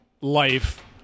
life